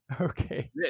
Okay